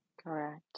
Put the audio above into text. Correct